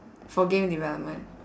for game development